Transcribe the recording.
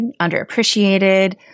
underappreciated